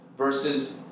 Versus